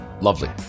Lovely